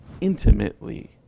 intimately